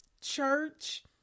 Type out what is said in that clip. church